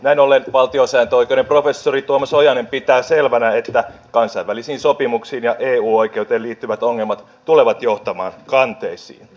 näin ollen valtiosääntöoikeuden professori tuomas ojanen pitää selvänä että kansainvälisiin sopimuksiin ja eu oikeuteen liittyvät ongelmat tulevat johtamaan kanteisiin